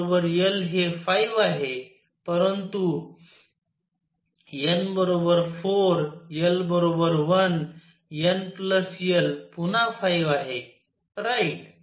n l हे 5 आहे परंतु n 4 l 1 n l पुन्हा 5 आहे राईट